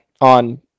on